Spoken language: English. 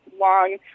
long